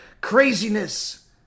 craziness